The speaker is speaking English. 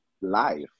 life